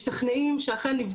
או נבצר מאותה עובדת